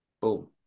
Boom